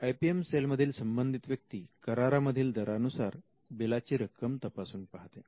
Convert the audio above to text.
I P M cell मधील संबंधित व्यक्ती करारा मधील दरानुसार बिलाची रक्कम तपासून पाहते